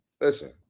listen